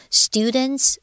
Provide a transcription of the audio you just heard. students